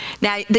now